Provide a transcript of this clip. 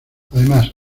además